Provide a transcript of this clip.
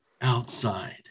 outside